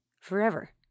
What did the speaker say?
forever